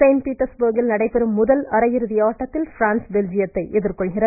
Saint பீட்டஸ்பர்க்கில் நடைபெறும் முதல் அரையிறுதி ஆட்டத்தில் பிரான்ஸ் பெல்ஜியத்தை எதிர்கொள்கிறது